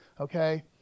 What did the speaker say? Okay